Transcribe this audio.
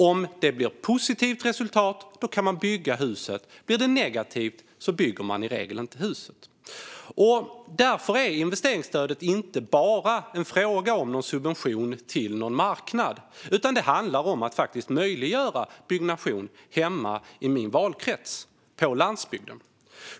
Om det blir ett positivt resultat kan man bygga huset; blir det negativt bygger man i regel inte huset. Därför är investeringsstödet inte bara en fråga om en subvention till någon marknad, utan det handlar om att faktiskt möjliggöra byggnation hemma i min valkrets på landsbygden.